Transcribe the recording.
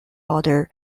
order